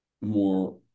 more